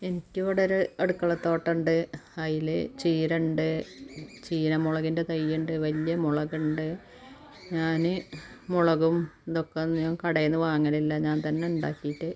എനിക്ക് ഇവിടെയൊരു അടുക്കള തോട്ടമുണ്ട് അതിൽ ചീര ഉണ്ട് ചീന മുളകിൻ്റെ തൈയ്യുണ്ട് വലിയ മുളകുണ്ട് ഞാൻ മുളകും ഇതൊക്കെ ഒന്നും ഞാൻ കടേന്ന് വാങ്ങലില്ല ഞാൻ തന്നെ ഉണ്ടാക്കിട്ട്